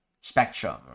spectrum